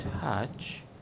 touch